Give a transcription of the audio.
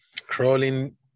crawling